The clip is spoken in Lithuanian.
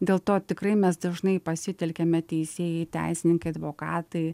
dėl to tikrai mes dažnai pasitelkiame teisėjai teisininkai advokatai